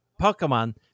pokemon